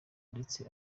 ndetse